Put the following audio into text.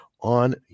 on